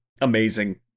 amazing